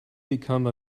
become